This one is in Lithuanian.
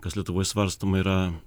kas lietuvoj svarstoma yra